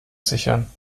sichern